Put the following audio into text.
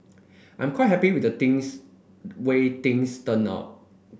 I'm quite happy with the things way things turned out